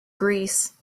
greece